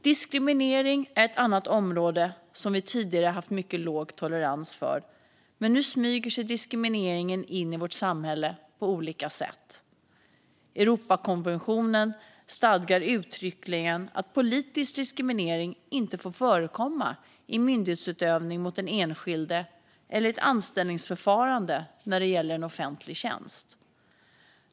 Diskriminering är ett annat område som vi tidigare har haft mycket låg tolerans för. Men nu smyger sig diskrimineringen in i vårt samhälle på olika sätt. Europakonventionen stadgar uttryckligen att politisk diskriminering inte får förekomma i myndighetsutövning mot den enskilde eller i ett anställningsförfarande när det gäller en offentlig tjänst.